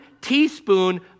teaspoon